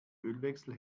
ölwechsel